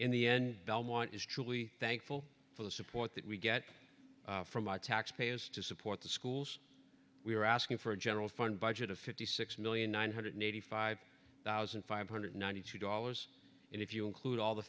in the end belmont is truly thankful for the support that we get from our taxpayers to support the schools we are asking for a general fund budget of fifty six million nine hundred eighty five thousand five hundred ninety two dollars and if you include all the